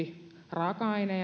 raaka aine